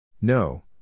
No